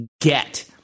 get